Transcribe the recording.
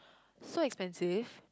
so expensive